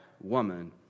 woman